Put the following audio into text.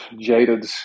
jaded